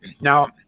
Now